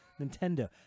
Nintendo